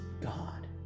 God